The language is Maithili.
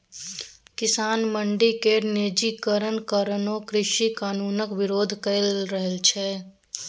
किसान मंडी केर निजीकरण कारणें कृषि कानुनक बिरोध कए रहल छै